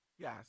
Yes